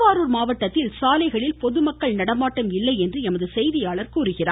திருவாரூர் மாவட்டத்தில் சாலைகளில் பொதுமக்கள் நடமாட்டம் இல்லை என்று எமது செய்தியாளர் தெரிவிக்கின்றார்